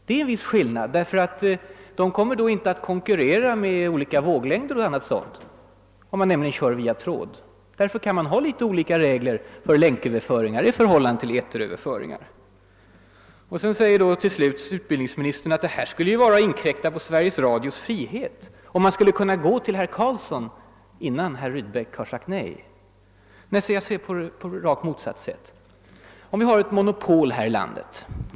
Det är en viss skillnad mellan länköverföringar och eteröverföringar, ty de som går via tråd konkurrerar inte om olika våglängder och dylikt. Eftersom länköverföringarna går via tråd, kan man ha litet olika regler för dem i förhållande till eteröverföringarna. Slutligen säger utbildningsministern att det skulle innebära att man inkräktade på Sveriges Radios frihet, om man skulle kunna gå till herr Carlsson innan herr Rydbeck säger nej. Jag ser det här på rakt motsatt sätt.